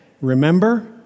Remember